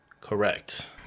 correct